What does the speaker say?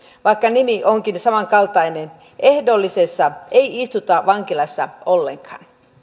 vaikka nimi onkin samankaltainen ehdollisessa ei istuta vankilassa ollenkaan